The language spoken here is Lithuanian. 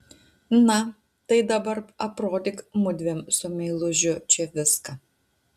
na tai dabar aprodyk mudviem su meilužiu čia viską